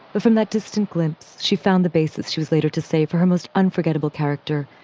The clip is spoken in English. from that distant glimpse, she found the basis she was later to save for her most unforgettable character.